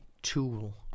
tool